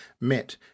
met